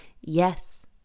Yes